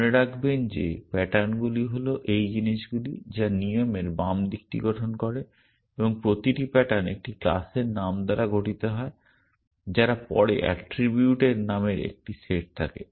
মনে রাখবেন যে প্যাটার্নগুলি হল এই জিনিসগুলি যা নিয়মের বাম দিকটি গঠন করে এবং প্রতিটি প্যাটার্ন একটি ক্লাসের নাম দ্বারা গঠিত হয় যার পরে এট্রিবিউট এর নামের একটি সেট থাকে